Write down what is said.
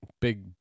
big